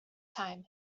time